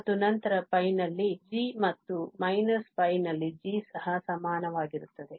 ಮತ್ತು ನಂತರ π ನಲ್ಲಿ g ಮತ್ತು −π ನಲ್ಲಿ g ಸಹ ಸಮಾನವಾಗಿರುತ್ತದೆ